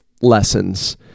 lessons